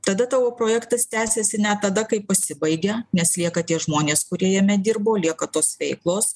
tada tavo projektas tęsiasi net tada kai pasibaigia nes lieka tie žmonės kurie jame dirbo lieka tos veiklos